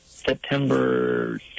September